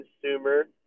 consumer